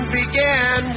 began